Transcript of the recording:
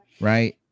right